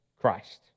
Christ